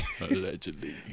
Allegedly